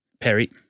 Perry